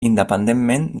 independentment